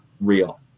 real